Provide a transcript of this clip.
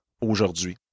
aujourd'hui